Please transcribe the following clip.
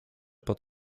pod